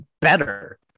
better